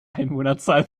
einwohnerzahl